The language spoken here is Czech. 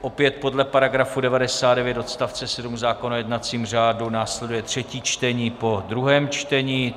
Opět podle § 99 odst. 7 zákona o jednacím řádu následuje třetí čtení po druhém čtení.